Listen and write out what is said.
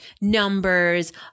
numbers